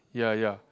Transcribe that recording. ya ya